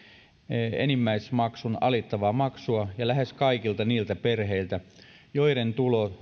enimmäismaksun alittavaa maksua ja lähes kaikilta niiltä perheiltä joiden